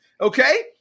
Okay